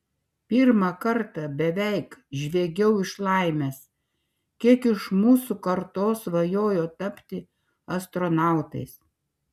pirmą kartą beveik žviegiau iš laimės kiek iš mūsų kartos svajojo tapti astronautais